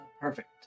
perfect